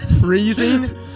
freezing